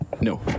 No